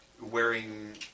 wearing